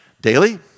Daily